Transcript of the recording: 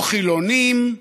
או חילונים,